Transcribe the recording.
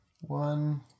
One